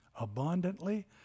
abundantly